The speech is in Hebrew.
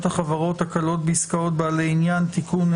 החברות (הקלות בעסקאות בעלי ענין) (תיקון),